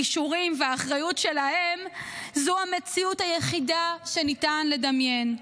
הכישורים והאחריות שלהם זה המציאות היחידה שניתן לדמיין.